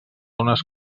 unes